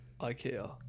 IKEA